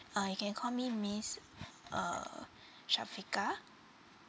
uh you can call me miss uh shafiqah